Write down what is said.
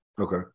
Okay